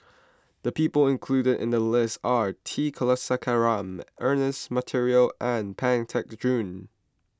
the people included in the list are T Kulasekaram Ernest Monteiro and Pang Teck Joon